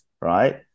right